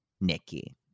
Nikki